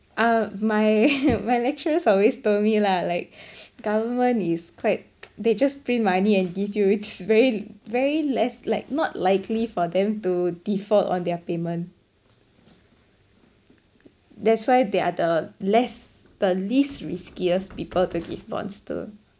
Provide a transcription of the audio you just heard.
uh my my lecturers always told me lah like government is quite they just print money and give you it's very very less like not likely for them to default on their payment that's why they are the less the least riskiest people to give bonds to